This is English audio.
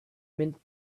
mint